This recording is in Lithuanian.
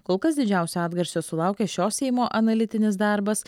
kol kas didžiausio atgarsio sulaukė šio seimo analitinis darbas